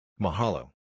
Mahalo